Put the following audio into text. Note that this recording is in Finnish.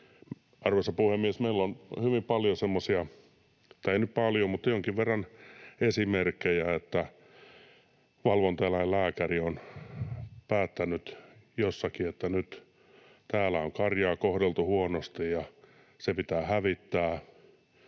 mutta jonkin verran — esimerkkejä, että valvontaeläinlääkäri on päättänyt jossakin, että nyt täällä on karjaa kohdeltu huonosti ja se pitää hävittää,